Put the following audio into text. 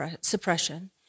suppression